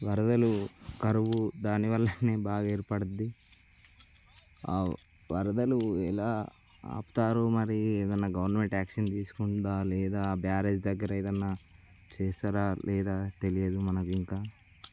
వరదలు కరువు దాని వల్లనే బాగా ఏర్పడింది ఆ వరదలు ఎలా ఆపుతారు మరి ఏదైనా గవర్నమెంట్ యాక్షన్ తీసుకుందా లేదా బ్యారేజ్ దగ్గర ఏదైనా చేసారా లేదా తెలియదు మనకు ఇంకా